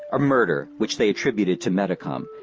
a murder which they attributed to metacom,